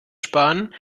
sparen